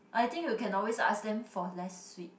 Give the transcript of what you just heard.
I think you can always ask them for less sweet